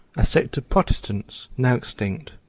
a sect of protestants, now extinct,